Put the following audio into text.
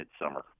midsummer